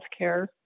Healthcare